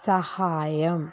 സഹായം